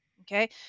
Okay